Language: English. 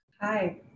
Hi